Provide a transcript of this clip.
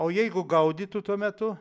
o jeigu gaudytų tuo metu